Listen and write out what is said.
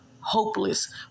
hopeless